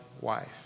wife